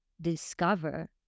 discover